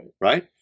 right